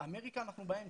אמריקה אנחנו באמצע,